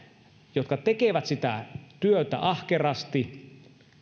jotka tekevät sitä työtä ahkerasti